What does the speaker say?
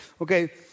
okay